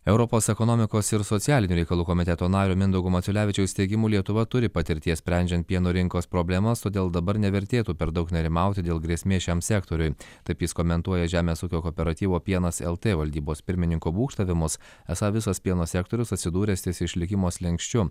europos ekonomikos ir socialinių reikalų komiteto nario mindaugo maciulevičiaus teigimu lietuva turi patirties sprendžiant pieno rinkos problemas todėl dabar nevertėtų per daug nerimauti dėl grėsmės šiam sektoriui taip jis komentuoja žemės ūkio kooperatyvo pienas lt valdybos pirmininko būgštavimus esą visas pieno sektorius atsidūręs ties išlikimo slenksčiu